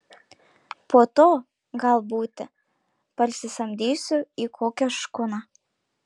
po to gal būti parsisamdysiu į kokią škuną